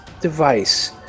device